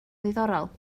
ddiddorol